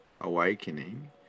awakening